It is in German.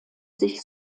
sich